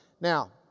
now